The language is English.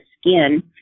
skin